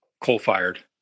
coal-fired